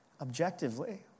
objectively